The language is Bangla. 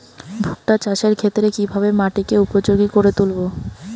ভুট্টা চাষের ক্ষেত্রে কিভাবে মাটিকে উপযোগী করে তুলবো?